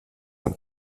ein